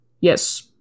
Yes